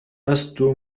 لست